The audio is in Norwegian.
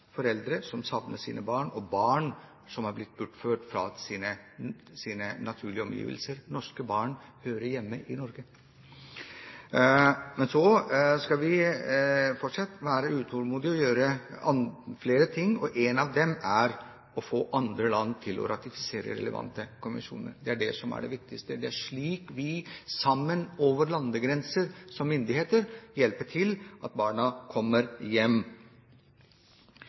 foreldre som savner sine barn, og hjelpe barn som er blitt bortført fra sine naturlige omgivelser. Norske barn hører hjemme i Norge. Men vi skal fortsatt være utålmodige og gjøre flere ting, og en av dem er å få andre land til å ratifisere relevante konvensjoner. Det er det som er det viktigste, og det er slik vi sammen over landegrenser, som myndigheter, skal hjelpe til slik at barna kommer hjem.